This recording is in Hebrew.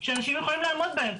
שאנשים יכולים לעמוד בהם.